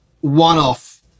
one-off